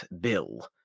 bill